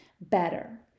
better